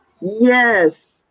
Yes